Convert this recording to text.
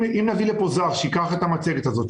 אם נביא לפה זר שייקח את המצגת הזה הוא